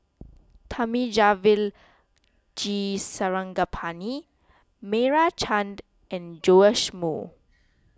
Thamizhavel G Sarangapani Meira Chand and Joash Moo